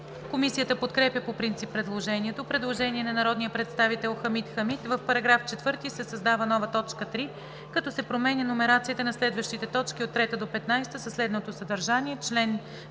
Комисията подкрепя по принцип предложението. Предложение на народния представител Хамид Хамид: „В § 4 се създава нова т. 3, като се променя номерацията на следващите точки от 3 до 15, със следното съдържание: „В чл.